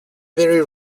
very